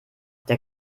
der